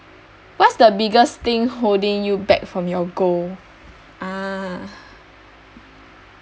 what's the biggest thing holding you back from your goal ah